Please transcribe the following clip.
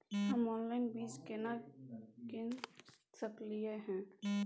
हम ऑनलाइन बीज केना कीन सकलियै हन?